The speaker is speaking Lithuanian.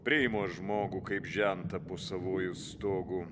priimu aš žmogų kaip žentą po savuoju stogu